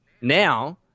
now